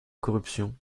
corruption